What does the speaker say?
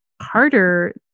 harder